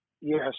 Yes